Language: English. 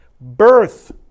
birth